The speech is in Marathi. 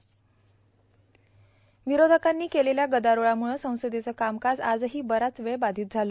र्यावरोधकांनी केलेल्या गदारोळामुळं संसदेचं कामकाज आजही बराच वेळ बर्गाधत झालं